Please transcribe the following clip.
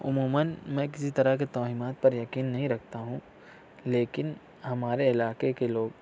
عموماً میں کسی طرح کے توہمات پر یقین نہیں رکھتا ہوں لیکن ہمارے علاقے کے لوگ